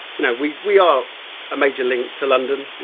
you know we we are a major link to london,